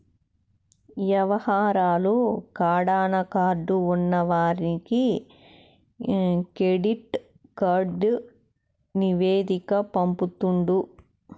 యవహారాలు కడాన కార్డు ఉన్నవానికి కెడిట్ కార్డు నివేదిక పంపుతుండు